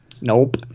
Nope